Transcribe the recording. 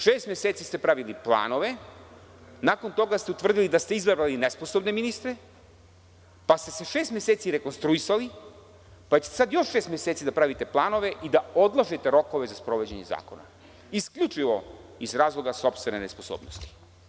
Šest meseci ste pravili planove, nakon toga ste utvrdili da ste izabrali nesposobne ministre, pa ste se šest meseci rekonstruisali, pa ćete sada još šest meseci da pravite planove i da odložite rokove za sprovođenje zakona isključivo iz razloga sopstvene nesposobnosti.